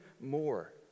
more